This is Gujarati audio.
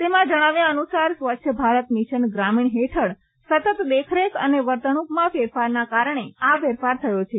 તેમાં જણાવ્યા અનુસાર સ્વચ્છ ભારત મિશન ગ્રામીણ હેઠળ સતત દેખરેખ અને વર્તણૂકમાં ફેરફારના કારણે આ ફેરફાર થયો છે